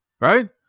right